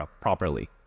properly